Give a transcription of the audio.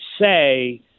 say